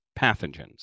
pathogens